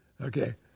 Okay